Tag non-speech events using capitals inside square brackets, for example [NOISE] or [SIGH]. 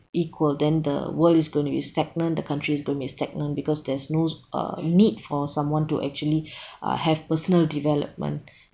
equal then the world is going to be stagnant the country is going to be stagnant because there's no uh need for someone to actually [BREATH] uh have personal development